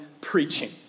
preaching